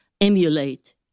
emulate